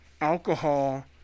Alcohol